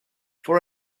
for